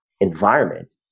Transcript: environment